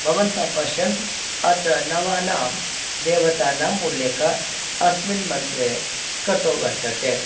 भवन्तः पश्यन्तु अत्र नवानां देवतानाम् उल्लेखः अस्मिन् मन्त्रे कृतो वर्तते